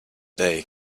day